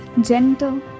gentle